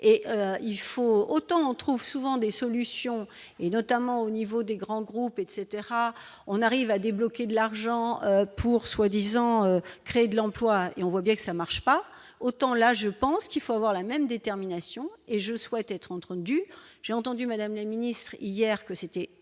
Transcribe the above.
faut autant on trouve souvent des solutions et notamment au niveau des grands groupes etc on arrive à débloquer de l'argent pour soi-disant créer de l'emploi et on voit bien que ça marche pas, autant là, je pense qu'il faut avoir la même détermination et je souhaite être entre du j'ai entendu Madame la ministre hier que c'était une